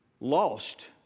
lost